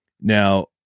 Now